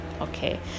okay